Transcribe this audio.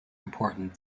important